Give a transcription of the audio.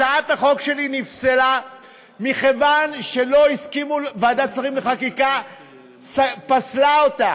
הצעת החוק שלי נפסלה מכיוון שוועדת שרים לחקיקה פסלה אותה.